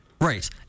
Right